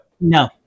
No